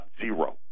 zero